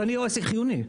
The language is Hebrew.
שאני עסק חיוני.